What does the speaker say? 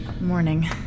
Morning